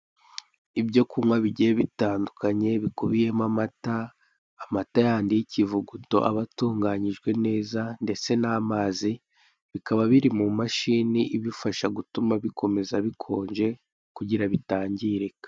Ibyo kunywa bigiye bitandukanye bikubiyemo amata, amata yandi y'ikivuguta aba atunganyijwe neza ndetse n'amazi bikaba biri mu mashini ibifasha gutuma bikomeza bikonje kugira bitangirika.